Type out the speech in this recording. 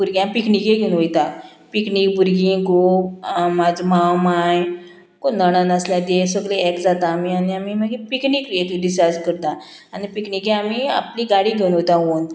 भुरग्यांक पिकनिके घेवन वयता पिकनीक भुरगीं घोव म्हाजो मांव मांय कोण नणन आसल्यार तीं सगळीं एक जाता आमी आनी आमी मागीर पिकनीक एक डिसायड करता आनी पिकनीके आमी आपली गाडी घेवन वयता ओन